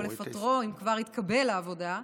ולא לפטרו אם כבר התקבל לעבודה.